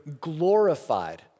glorified